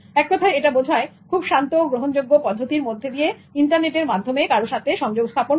এক কথায় এটা বোঝায় খুব শান্ত গ্রহণযোগ্য পদ্ধতির মধ্যে দিয়ে ইন্টারনেটের মাধ্যমে কারো সাথে সংযোগ স্থাপন করা